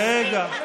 רגע,